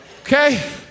Okay